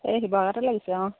এই শিৱসাগৰতে লাগিছে অঁ